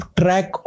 track